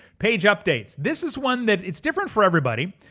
page updates, this is one that it's different for everybody.